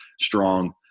strong